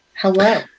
hello